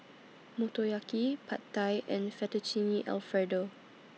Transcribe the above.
Motoyaki Pad Thai and Fettuccine Alfredo